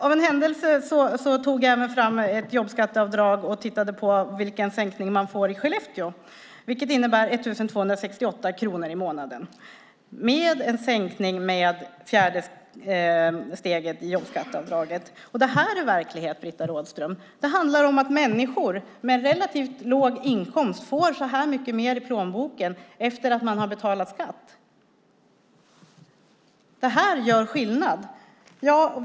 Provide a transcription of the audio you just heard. Av en händelse tittade jag också på detta med jobbskatteavdraget och vilken sänkning man får i Skellefteå. Den innebär 1 268 kronor i månaden med fjärde steget i jobbskatteavdraget. Det är verkligheten, Britta Rådström. Människor med relativt låg inkomst får så här mycket mer i plånboken efter att de har betalat skatt. Det här gör skillnad.